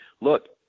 look